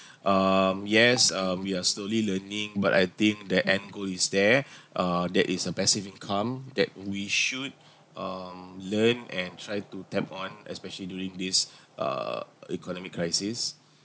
um yes um we are slowly learning but I think the end goal is there uh there is a passive income that we should um learn and try to tap on especially during this err economic crisis